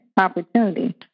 opportunity